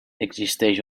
existeix